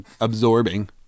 absorbing